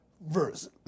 verse